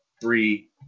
three